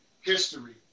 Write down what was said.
history